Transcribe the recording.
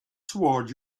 toward